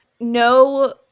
no